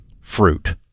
fruit